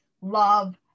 love